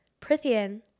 Prithian